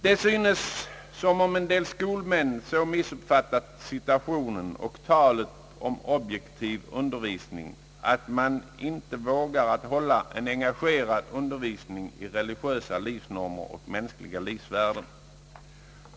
Det synes som om en del skolmän så missuppfattat situationen och talet om en objektiv undervisning, att man inte vågar hålla en engagerad under visning i religiösa livsnormer och mänskliga livsvärden.